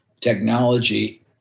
technology